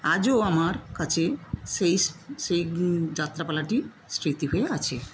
আজও আমার কাছে সেই সেই যাত্রাপালাটি স্মৃতি হয়ে আছে